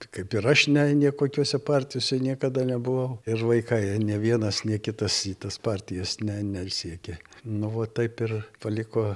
kaip ir aš ne ne kokiose partijose niekada nebuvau ir vaikai nei vienas nei kitas į tas partijas ne nesiekė nu va taip ir paliko